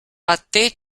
batté